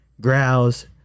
growls